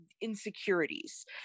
insecurities